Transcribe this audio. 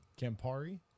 Campari